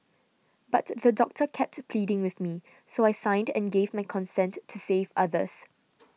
but the doctor kept pleading with me so I signed and gave my consent to save others